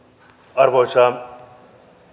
arvoisa